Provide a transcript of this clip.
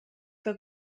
que